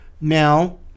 now